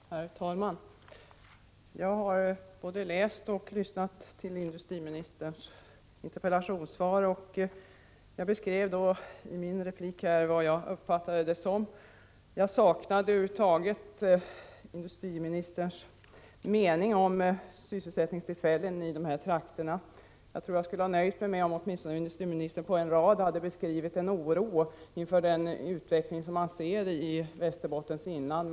Herr talman! Jag har både läst och lyssnat till industriministerns interpellationssvar. I mitt inlägg beskrev jag hur jag uppfattade svaret. Jag saknade över huvud taget industriministerns mening om sysselsättningstillfällen i dessa trakter. Jag tror att jag skulle ha varit nöjd om industriministern på åtminstone en rad hade beskrivit den oro inför utvecklingen som man ser i Västerbottens inland.